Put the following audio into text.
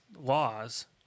laws